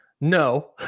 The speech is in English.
no